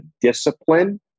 discipline